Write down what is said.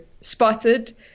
spotted